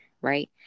right